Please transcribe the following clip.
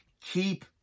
keep